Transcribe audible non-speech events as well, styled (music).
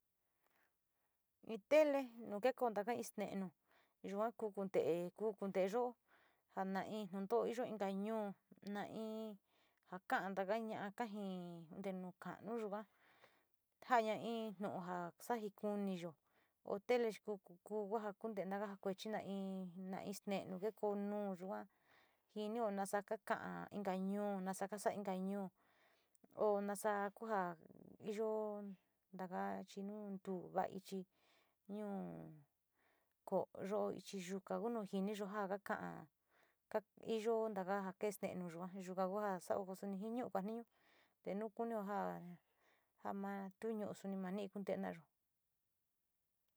In tele, nu ka konto ja ste´e nu yua ku kunte´e, ku konte´eyo ja na in tinto´o iyo inka ñou, na in ja ka´a taka ña´a ja kaa in inka kabmo yuka, jaina in tuu saaij, kaska jiniyo te lele chi ku, ja kuntee naja ja kuechi no in chi inchi kotoyo, ichi yuka ke nu jiniyo jaa kaka´a kaa iyo ntaka io kee ste´e nuyoo yuka sao suni jinio va jinio te nu kunio (laughs) ma tu nu´u suni ma nii tenaayo.